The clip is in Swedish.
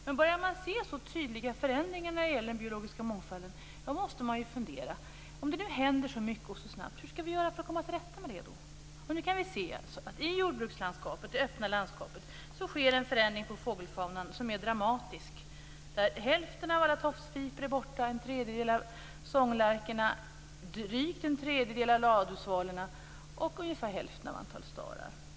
Men börjar man se tydliga förändringar när det gäller den biologiska mångfalden måste man ju fundera. Om det nu händer så mycket så snabbt, hur skall vi göra för att komma till rätta med det? Nu kan vi se att det i jordbrukslandskapet, det öppna landskapet, sker en förändring när det gäller fågelfaunan som är dramatisk. Hälften av alla tofsvipor är borta. En tredjedel av sånglärkorna, drygt en tredjedel av ladusvalorna och ungefär hälften av stararna är också borta.